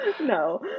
No